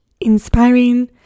inspiring